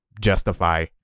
justify